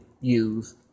use